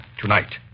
tonight